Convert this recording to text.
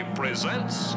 presents